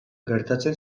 gertatzen